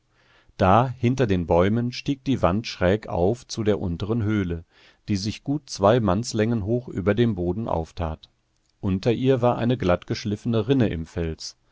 da hinter den bäumen stieg die wand schräg auf zu der unteren höhle die sich gut zwei mannslängen hoch über dem boden auftat unter ihr war eine